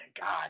God